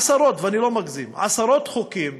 עשרות, ואני לא מגזים, עשרות חוקים